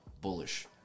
bullish